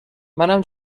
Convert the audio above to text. منم